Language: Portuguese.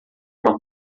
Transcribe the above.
uma